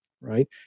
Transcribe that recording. Right